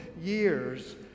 years